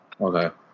okay